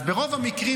אז ברוב המקרים,